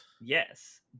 Yes